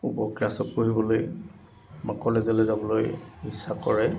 ওপৰ ক্লাছত পঢ়িবলৈ বা কলেজলৈ যাবলৈ ইচ্ছা কৰে